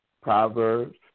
Proverbs